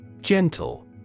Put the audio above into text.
Gentle